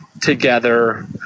together